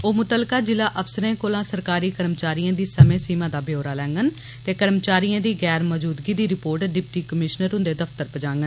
ओह मुतलका जिला अफसरें कोला सरकारी कर्मचारियें दी समय सीमा दा ब्यौरा लेडन ते कर्मचारिएं दी गैर मौजूदगी दी रिर्पोट डिप्टी कमीष्नर हुन्दे दफ्तर पजांडन